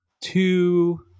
two